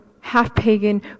half-pagan